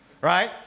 Right